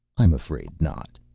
i'm afraid not.